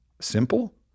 simple